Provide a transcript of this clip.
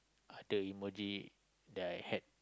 other emoji that I had